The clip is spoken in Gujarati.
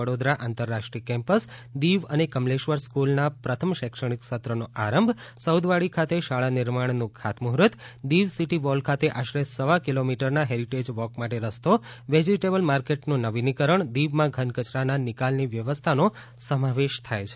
વડોદરા આંતરરાષ્ટ્રીય કેમ્પસ દીવ અને કમલેશ્વર સ્ક્રલના પ્રથમ શૈક્ષણિક સત્રનો આરંભ સૌદવાડી ખાતે શાળાનું નિર્માણનું ખાતમૂહર્ત દીવ સિટી વોલ ખાતે આશરે સવા કિલોમીટરના ફેરિટેજ વોક માટે રસ્તો વેજીટેબલ માર્કેટનું નવીનીકરણ દીવમાં ઘનકચરાના નિકાલની વ્યવસ્થાનો સમાવેશ થાય છે